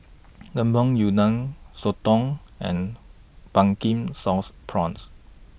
Lemper Udang Soto and Pumpkin Sauce Prawns